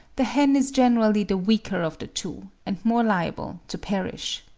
the hen is generally the weaker of the two, and more liable to perish.